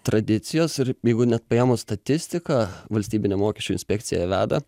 tradicijos ir jeigu net paėmus statistiką valstybinė mokesčių inspekcija veda